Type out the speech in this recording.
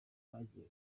bagiye